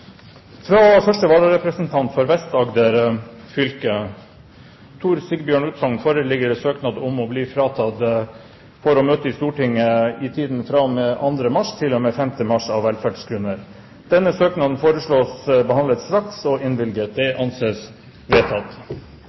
Fra første vararepresentant for Vest-Agder fylke, Tor Sigbjørn Utsogn, foreligger søknad om å bli fritatt for å møte i Stortinget i tiden fra og med 2. mars til og med 5. mars, av velferdsgrunner. Etter forslag fra presidenten ble enstemmig besluttet: Søknaden behandles straks og